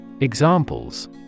Examples